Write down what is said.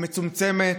היא מצומצמת,